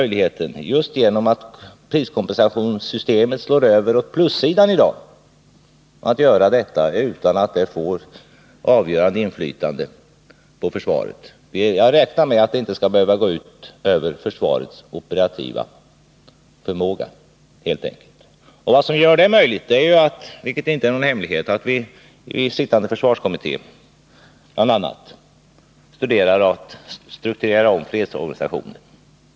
Just genom att priskompensationssystemet slår över åt plussidan har vi i dag möjlighet att göra detta utan att det får avgörande negativ inverkan på försvaret. Jag räknar helt enkelt med att denna besparing inte skall behöva gå ut över försvarets operativa förmåga. Vad som gör detta möjligt — det är inte någon hemlighet — är bl.a. att vi i den sittande försvarskommittén studerar möjligheterna att strukturera om fredsorganisationen.